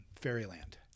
fairyland